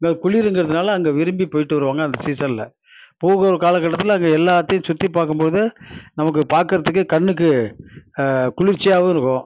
இப்போ குளிருங்கிறதுனால அங்கே விரும்பி போயிட்டு வருவாங்க அந்த சீசனில் போகிற கால கட்டத்தில் அங்கே எல்லாத்தையும் சுற்றிப் பார்க்கும்போது நமக்கு பார்க்கறதுக்கே கண்ணுக்கு குளிர்ச்சியாகவும் இருக்கும்